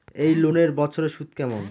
এই লোনের বছরে সুদ কেমন?